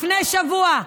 לפני שבוע.